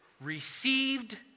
received